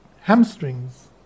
hamstrings